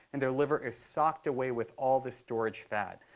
and their liver is stocked away with all this storage fat.